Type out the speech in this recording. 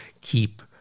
keep